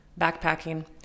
backpacking